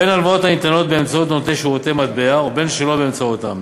בין הלוואות הניתנות באמצעות נותני שירותי מטבע ובין שלא באמצעותם.